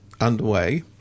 underway